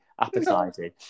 appetizing